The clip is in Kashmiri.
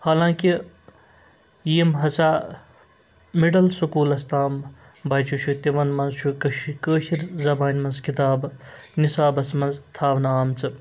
حالانٛکہِ یِم ہَسا مِڈٕل سکوٗلَس تام بَچہِ چھُ تِمَن منٛز چھُ کٔش کٲشِر زَبانہِ منٛز کِتابہٕ نِثابَس منٛز تھاونہٕ آمژٕ